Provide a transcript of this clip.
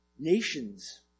Nations